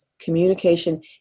Communication